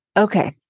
Okay